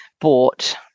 bought